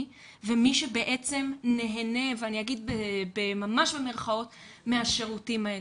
ושל מישהו שנהנה במירכאות מהשירותים האלה.